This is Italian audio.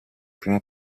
primo